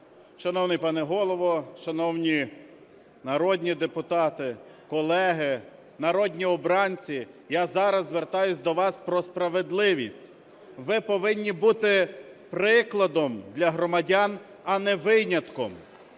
Шановний пане Голово! Шановні народні депутати, колеги, народні обранці! Я зараз звертаюся до вас про справедливість. Ви повинні бути прикладом для громадян, а не винятком.